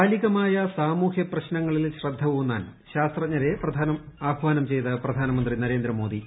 കാലികമായ സാമൂഹൃ പ്രശ്നങ്ങളിൽ ശ്രദ്ധ ഊന്നാൻ ശാസ്ത്രജ്ഞരെ ആഹ്വാനം ചെയ്ത് പ്രധാനമന്ത്രി നരേന്ദ്രമോദി